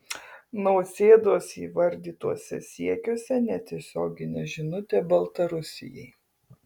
nausėdos įvardytuose siekiuose netiesioginė žinutė baltarusijai